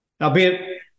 Albeit